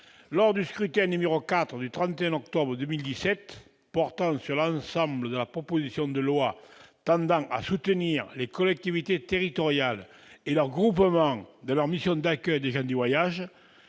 lors du scrutin n° 4 du 31 octobre 2017, portant sur l'ensemble de la proposition de loi tendant à soutenir les collectivités territoriales et leurs groupements dans la mission d'accueil des gens du voyage,